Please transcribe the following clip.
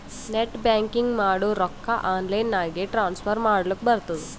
net banking ಮಾಡುರ್ ರೊಕ್ಕಾ online ನಾಗೆ ಟ್ರಾನ್ಸ್ಫರ್ ಮಾಡ್ಲಕ್ ಬರ್ತುದ್